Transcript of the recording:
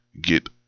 get